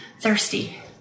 thirsty